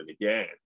again